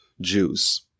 Jews